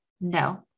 No